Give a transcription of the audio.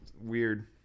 Weird